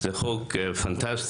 בעיקרו זה חוק פנטסטי